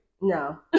No